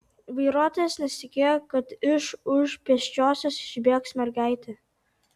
vairuotojas nesitikėjo kad iš už pėsčiosios išbėgs mergaitė